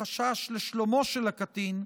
או שיש חשש לשלומו של הקטין,